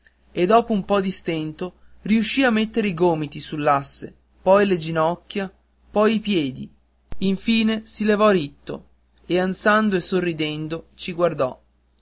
e dopo un po di stento riuscì a mettere i gomiti sull'asse poi le ginocchia poi i piedi infine si levò ritto e ansando e sorridendo ci guardò